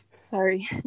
sorry